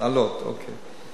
לעלות, אוקיי.